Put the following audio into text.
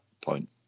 point